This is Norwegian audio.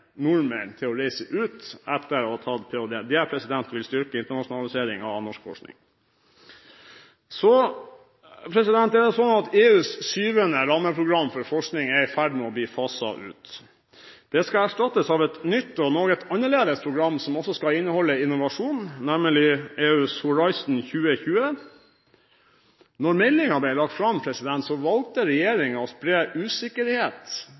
nordmenn til å reise ut etter å ha avlagt ph.d. Det vil styrke internasjonaliseringen av norsk forskning. Det er sånn at EUs 7. rammeprogram for forskning er i ferd med å bli faset ut. Det skal erstattes av et nytt og noe annerledes program, som også skal inneholde innovasjon, nemlig EUs Horizon 2020. Da meldingen ble lagt fram, valgte regjeringen å spre usikkerhet